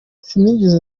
sinigeze